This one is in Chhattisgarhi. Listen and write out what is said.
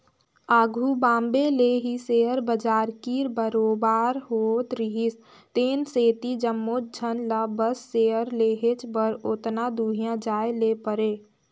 आघु बॉम्बे ले ही सेयर बजार कीर कारोबार होत रिहिस तेन सेती जम्मोच झन ल बस सेयर लेहेच बर ओतना दुरिहां जाए ले परे